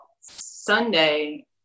Sunday